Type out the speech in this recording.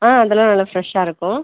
ஆ அதெல்லாம் நல்லா ஃப்ரெஷ்ஷாக இருக்கும்